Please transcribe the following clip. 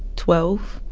twelve,